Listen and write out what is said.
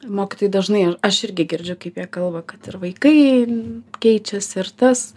mokytojai dažnai aš irgi girdžiu kaip jie kalba kad ir vaikai keičiasi ir tas